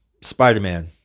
spider-man